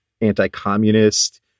anti-communist